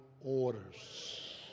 orders